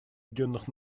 объединенных